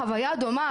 חוויה דומה,